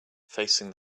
facing